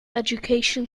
education